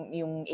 yung